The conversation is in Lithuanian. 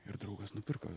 ir draugas nupirko